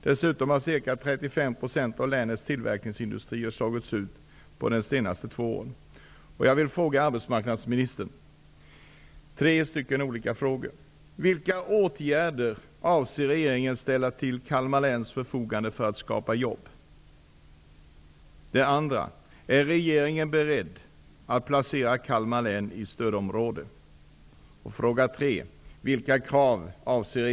Dessutom har ca 35 % av länets tillverkningsindustrier slagits ut de senaste två åren. Jag vill ställa tre frågor till arbetsmarknadsministern: Är regeringen beredd att placera Kalmar län i stödområde?